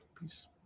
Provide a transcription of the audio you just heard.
Peace